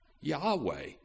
Yahweh